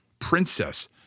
princess